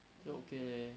是 okay leh